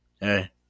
Hey